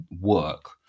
work